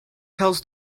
tells